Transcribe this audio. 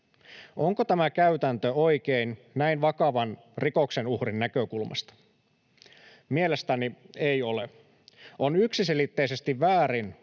Onko tämä käytäntö oikein näin vakavan rikoksen uhrin näkökulmasta? Mielestäni ei ole. On yksiselitteisesti väärin